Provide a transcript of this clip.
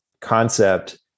concept